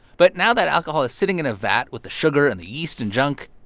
but now that alcohol is sitting in a vat with the sugar and the yeast and junk,